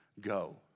go